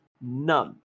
none